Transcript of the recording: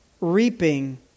reaping